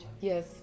yes